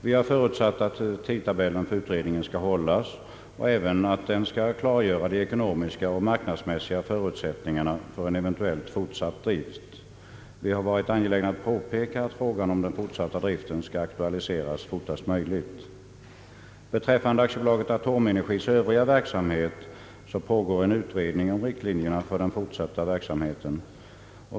Vi har förutsatt att tidtabellen för utredningen skall hållas och även att utredningen skall klargöra de ekonomiska och marknadsmässiga förutsättningarna för en eventuell fortsatt drift. Vi har varit angelägna att påpeka att frågan om den fortsatta driften skall aktualiseras fortast möjligt. När det gäller AB Atomenergis övriga verksamhet pågår en utredning om riktlinjerna för den fortsatta driften.